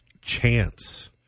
chance